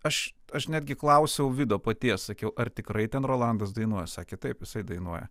aš aš netgi klausiau vido paties sakiau ar tikrai ten rolandas dainuoja sakė taip jisai dainuoja